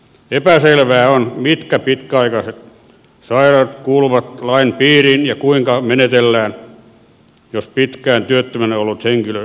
epäselvää on mitkä pitkäaikaiset sairaudet kuuluvat lain piirin ja kuinka menetellään jos pitkään työttömänä ollut henkilö saa töitä